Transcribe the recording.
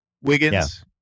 Wiggins